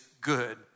good